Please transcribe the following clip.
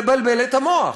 לבלבל את המוח.